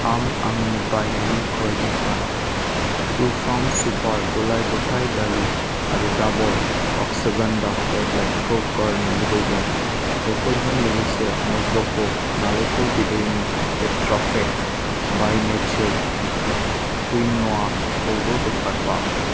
आं आंनि बायनायनि कार्टनिफ्राय त्रुफार्म सुपार गलाय गथाय दालि आरो दाबर अग्सगन्धा टेब्लेटखौ गारनो लुबैदों बेफोरजों लोगोसे मज'क' नारेंखल बिदैनि टेट्राफेक बाइ नेचार क्विन'आखौबो बोखारफा